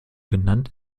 genannt